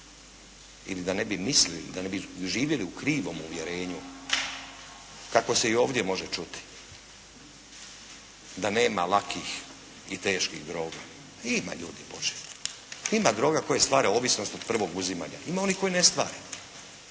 ili da ne bi mislili, da ne bi živjeli u krivom uvjerenju kakvo se i ovdje može čuti, da nema lakih i teških droga. Ima ljudi Božji! Ima droga koje stvaraju ovisnost od prvog uzimanja, ima onih koji ne stvaraju.